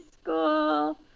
school